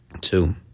Two